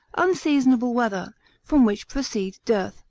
unseasonable weather from which proceed dearth,